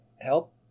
help